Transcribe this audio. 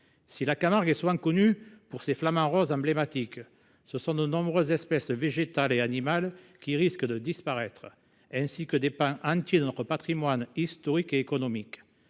Si la Camargue est souvent connue pour ses emblématiques flamants roses, de nombreuses espèces végétales et animales risquent de disparaître, ainsi que des pans entiers de notre patrimoine historique et économique.